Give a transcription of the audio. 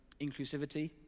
inclusivity